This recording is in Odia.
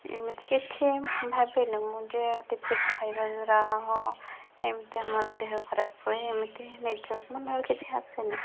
ଏମିତି କିଛି ଭାବେନି ମୁଁ ଯେ କିଛି ଖାଇବା ଦ୍ବାରା ଏମିତି ଆମର ଦେହ ଖରାପ ହୁଏ ଏମିତି ନିଜ ମନରେ କିଛି ଆସେନି